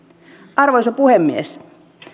arvoisa puhemies